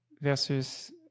versus